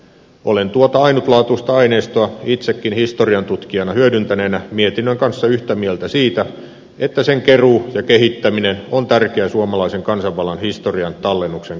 olen tuota ainutlaatuista aineistoa itsekin historiantutkijana hyödyntäneenä mietinnön kanssa yhtä mieltä siitä että sen keruu ja kehittäminen on tärkeää suomalaisen kansanvallan historian tallennuksen kannalta